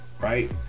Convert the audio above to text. Right